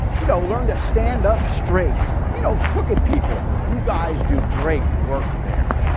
you know, learn to stand up straight, you know crooked people. you guys do great work there.